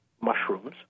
mushrooms